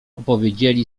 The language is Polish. opowiedzieli